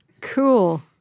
Cool